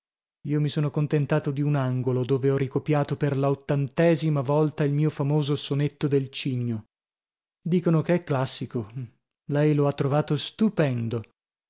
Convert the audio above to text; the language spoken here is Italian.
io mi sono contentato di un angolo dove ho ricopiato per la ottantesima volta il mio famoso sonetto del cigno dicono che è classico lei lo ha trovato stupendo